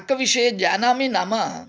पाकविषये जानामि नाम